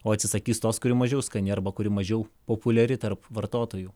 o atsisakys tos kuri mažiau skani arba kuri mažiau populiari tarp vartotojų